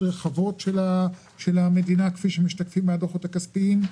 רחבות של המדינה כפי שמשתקפים בדוחות הכספיים.